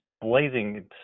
blazing